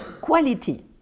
quality